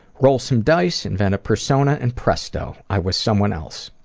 roll some dice, invent a persona, and presto, i was someone else.